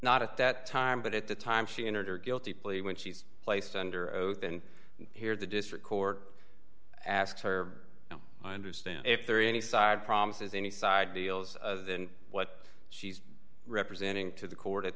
not at that time but at the time she entered her guilty plea when she's placed under oath and here the district court asks her understand if there are any side promises any side deals other than what she's representing to the court at